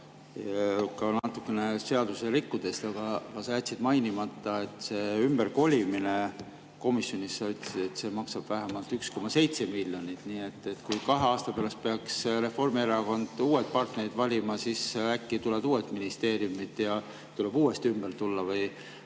ka natukene seadust rikkudes. Aga sa jätsid mainimata, et see ümberkolimine, nagu sa komisjonis ütlesid, maksab vähemalt 1,7 miljonit. Kui kahe aasta pärast peaks Reformierakond uued partnerid valima, siis äkki tulevad uued ministeeriumid ja tuleb uuesti ümber kolida.